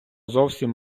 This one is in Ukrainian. зовсім